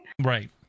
Right